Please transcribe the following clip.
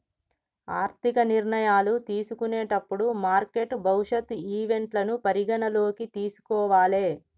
ఆర్థిక నిర్ణయాలు తీసుకునేటప్పుడు మార్కెట్ భవిష్యత్ ఈవెంట్లను పరిగణనలోకి తీసుకోవాలే